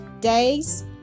days